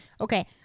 Okay